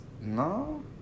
no